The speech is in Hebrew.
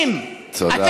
בוקרה פיל מישמיש.